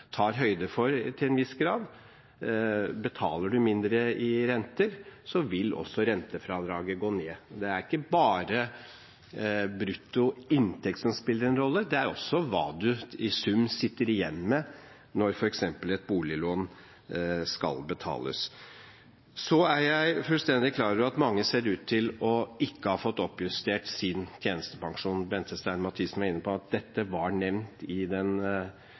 til en viss grad tar høyde for. Betaler man mindre i renter, vil også rentefradraget gå ned. Det er ikke bare brutto inntekt som spiller en rolle, det er også hva man i sum sitter igjen med når f.eks. et boliglån skal betales. Jeg er fullstendig klar over at mange ser ut til ikke å ha fått oppjustert sin tjenestepensjon. Bente Stein Mathisen var inne på at dette var nevnt i den